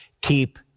Keep